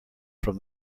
from